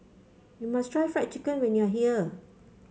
you must try Fried Chicken when you are here